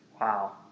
Wow